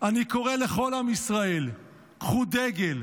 --- אני קורא לכל עם ישראל --- קחו דגל,